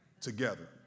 Together